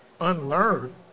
unlearn